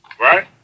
Right